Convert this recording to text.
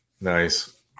nice